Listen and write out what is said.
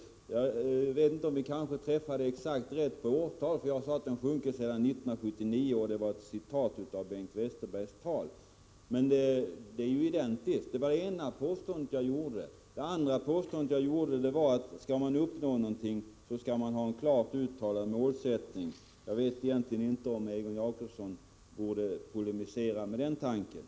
Jag vet inte om jag träffade exakt rätt när det gäller årtalet, när jag sade att konsumtionen sjunkit sedan 1979; det var ett citat från Bengt Westerbergs tal. Detta var det ena påståendet. Det andra påståendet var att om man skall kunna uppnå någonting, så skall man ha en klart uttalad målsättning. Jag tycker inte att Egon Jacobsson borde polemisera mot den tanken.